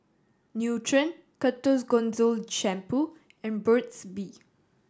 Nutren Ketoconazole Shampoo and Burt's Bee